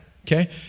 okay